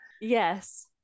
yes